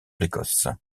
l’écosse